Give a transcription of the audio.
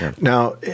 Now